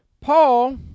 Paul